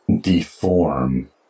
deform